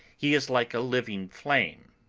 he is like a living flame.